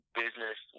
business